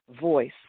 voice